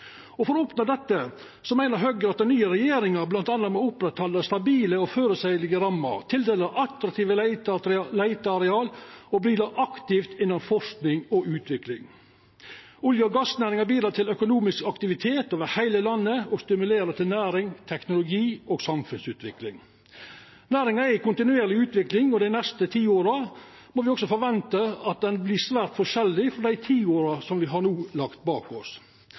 For å oppnå dette meiner Høgre at den nye regjeringa bl.a. må halda ved lag stabile og føreseielege rammer, tildela attraktive leiteareal og bidra aktivt innan forsking og utvikling. Olje- og gassnæringa bidreg til økonomisk aktivitet over heile landet og stimulerer til nærings-, teknologi- og samfunnsutvikling. Næringa er i kontinuerleg utvikling, og dei neste tiåra må me også forventa at ho vert svært forskjellig frå dei tiåra som me har lagt bak oss.